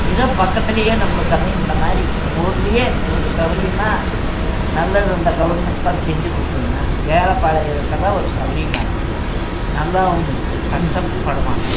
ஏதோ பக்கத்திலேயே நம்மளுக்கு வந்து இந்த மாதிரி நம்மூர்லேயே ஒரு சவுகரியமா நல்லது அந்த கவுர்மெண்ட் பார்த்து செஞ்சிக்குடுத்துதுன்னா ஏழைப்பாழைகளுக்கெல்லாம் ஒரு சவுகரியமா இருக்கும் நல்லாவுமிருக்கும் கஷ்டமும் படமாட்டோம்